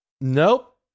Nope